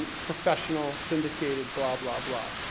professional, syndicated, blah blah blah.